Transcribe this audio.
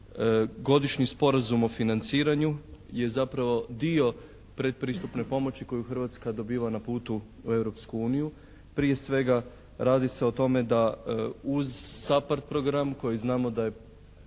Godišnji sporazum o financiranju je zapravo dio predpristupne pomoći koju Hrvatska dobiva na putu u Europsku uniju. Prije svega radi se o tome da uz SAPARD program koji znamo da je